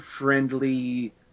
friendly